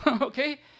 Okay